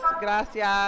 Gracias